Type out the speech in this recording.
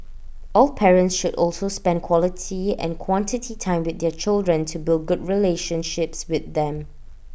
all parents should also spend quality and quantity time with their children to build good relationships with them